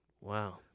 Wow